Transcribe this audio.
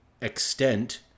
extent